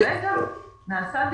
כרגע נעשה דיון,